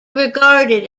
regarded